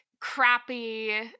crappy